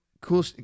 Cool